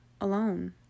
alone